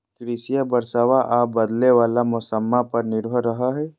कृषिया बरसाबा आ बदले वाला मौसम्मा पर निर्भर रहो हई